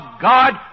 God